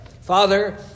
Father